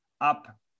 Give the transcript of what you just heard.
up